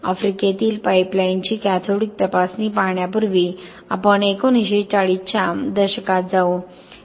आफ्रिकेतील पाइपलाइनची कॅथोडिक तपासणी पाहण्यापूर्वी आपण 1940 च्या दशकात जाऊ